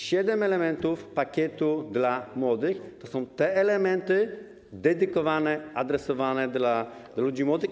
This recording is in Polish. Siedem elementów pakietu dla młodych - to są elementy dedykowane, adresowane do ludzi młodych.